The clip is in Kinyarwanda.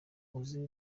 uzi